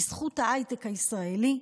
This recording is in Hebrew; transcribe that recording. בזכות ההייטק הישראלי,